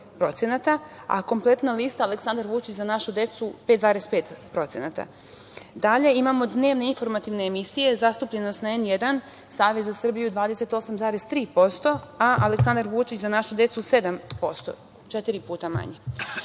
a kompletna lista „Aleksandar Vučić – Za našu decu“ 5,5%. Dalje imamo dnevne informativne emisije, zastupljenost na N1 – Savez za Srbiju 28,3%, „Aleksandar Vučić – Za našu decu“ 7%, četiri puta manje.